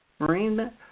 Marina